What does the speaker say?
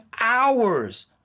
hours